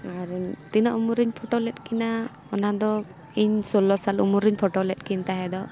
ᱟᱨ ᱛᱤᱱᱟᱹᱜ ᱩᱢᱮᱨᱤᱧ ᱯᱷᱳᱴᱳ ᱞᱮᱫ ᱠᱤᱱᱟ ᱚᱱᱟ ᱫᱚ ᱤᱧ ᱥᱳᱞᱳ ᱥᱟᱞ ᱩᱢᱮᱨ ᱨᱤᱧ ᱯᱷᱳᱴᱳ ᱞᱮᱫ ᱠᱤᱱ ᱛᱟᱦᱮᱸᱫᱚ